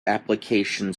application